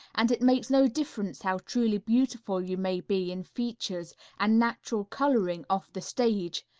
and it makes no difference how truly beautiful you may be in features and natural coloring off the stage,